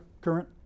current